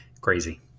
crazy